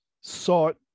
sought